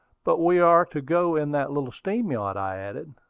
but we are to go in that little steam-yacht, i added.